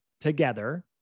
together